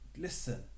listen